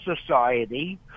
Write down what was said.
Society